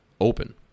open